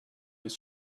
his